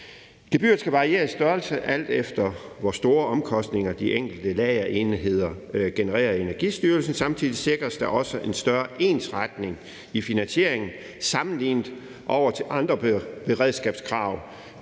Gebyret skal variere i størrelse, alt efter hvor store omkostninger de enkelte lagerenheder genererer i Energistyrelsen. Samtidig sikres der også en større ensretning i finansieringen sammenlignet med gebyrer